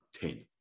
ten